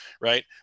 right